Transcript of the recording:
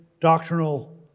doctrinal